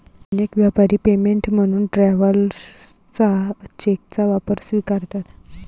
अनेक व्यापारी पेमेंट म्हणून ट्रॅव्हलर्स चेकचा वापर स्वीकारतात